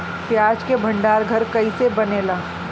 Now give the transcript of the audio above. प्याज के भंडार घर कईसे बनेला?